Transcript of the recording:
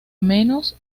menos